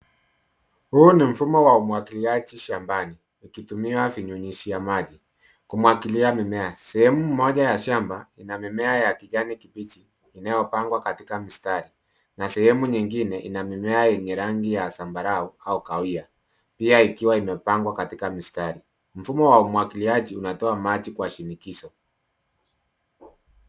Huu ni mfumo wa umwagiliaji shambani ukitumia vinyunyizia maji kumwagilia mimea. Sehemu moja ya shamba ina mimea ya kijani kibichi inayopangwa katika mistari na sehemu nyingine ina mimea yenye rangi ya zambarau au kahawia pia ikiwa imepangwa katika mistari. Mfumo wa umwagiliaji unatoa maji kwa shinikizo.